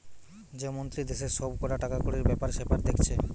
যে মন্ত্রী দেশের সব কটা টাকাকড়ির বেপার সেপার দেখছে